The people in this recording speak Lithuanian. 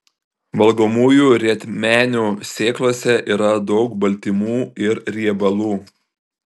valgomųjų rietmenių sėklose yra daug baltymų ir riebalų